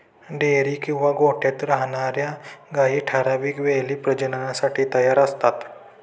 dairy किंवा गोठ्यात राहणार्या गायी ठराविक वेळी प्रजननासाठी तयार असतात